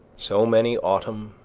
so many autumn,